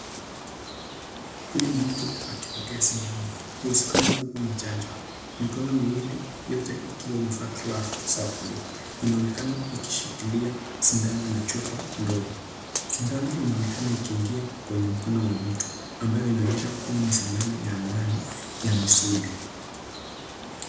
Huyu ni mtu akipokea sindano uezakano ni chanjo mikono miwili yote ikiwa imevaa glavu za bluu ikionekana ikishikilia sindano la chupa ndogo. Sindano inaonekana iki ingia kwenye mkono wa mtu ambaye inaonyesha huu ni sindano ya ndani ya misuli.